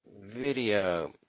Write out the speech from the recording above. video